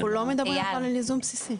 אנחנו לא מדברים פה על ייזום בסיסי.